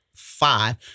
five